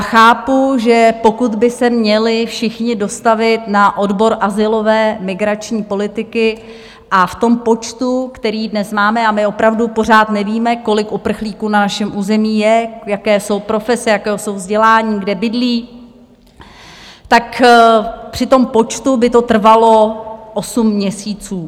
Chápu, že pokud by se měli všichni dostavit na odbor azylové migrační politiky v tom počtu, který dnes máme, a my opravdu pořád nevíme, kolik uprchlíků na našem území je, jaké jsou profese, jaké mají vzdělání, kde bydlí, tak při tom počtu by to trvalo osm měsíců.